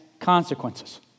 Consequences